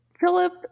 Philip